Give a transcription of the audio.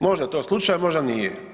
Možda je to slučajno, možda nije.